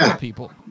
People